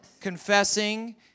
confessing